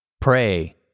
Pray